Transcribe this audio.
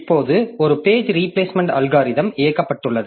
இப்போது ஒரு page replacement algorithm இயக்கப்பட்டுள்ளது